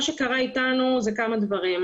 מה שקרה איתנו זה כמה דברים,